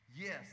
Yes